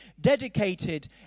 dedicated